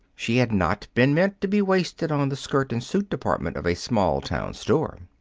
she had not been meant to be wasted on the skirt-and-suit department of a small-town store.